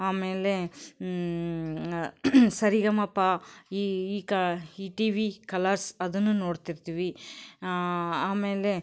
ಆಮೇಲೆ ಸರಿಗಮಪ ಈ ಕಾ ಈ ಟಿವಿ ಕಲರ್ಸ್ ಅದನ್ನೂ ನೋಡ್ತಿರ್ತೀವಿ ಆಮೇಲೆ